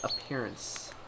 appearance